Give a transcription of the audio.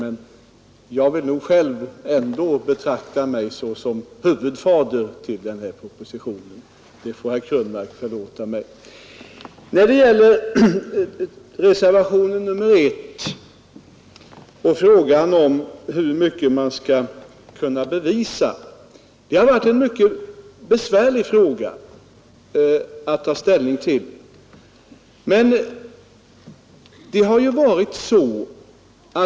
Men jag vill ändå betrakta mig som den egentlige fadern till propositionen, det får herr Krönmark förlåta mig. Vad beträffar reservationen 1 har det varit en besvärlig fråga att ta ställning till hur mycket man skall kunna bevisa.